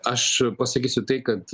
aš pasakysiu tai kad